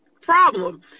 problem